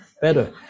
better